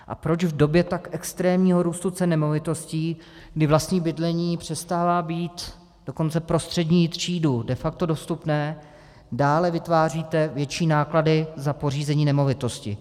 A proč v době tak extrémního růstu cen nemovitostí, kdy vlastní bydlení přestává být dokonce pro střední třídu de facto dostupné, dále vytváříte větší náklady za pořízení nemovitosti?